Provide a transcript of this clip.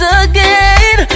again